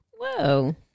Whoa